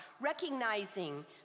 recognizing